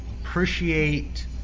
appreciate